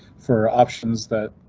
for options that.